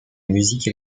musique